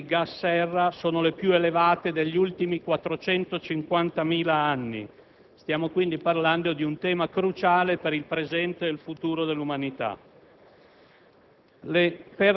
che le concentrazioni di gas serra sono le più elevate degli ultimi 450.000 anni. Stiamo quindi parlando di un tema cruciale per il presente e per il futuro dell'umanità.